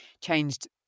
changed